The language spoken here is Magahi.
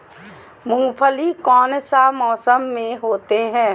मूंगफली कौन सा मौसम में होते हैं?